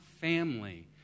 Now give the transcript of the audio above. family